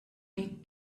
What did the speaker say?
make